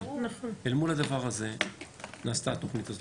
אל מול הדבר הזה נעשתה התוכנית הזאת.